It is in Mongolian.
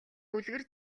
үлгэр